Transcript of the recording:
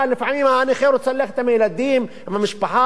לפעמים הנכה רוצה ללכת עם הילדים, עם המשפחה,